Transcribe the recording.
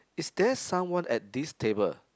is there someone at this table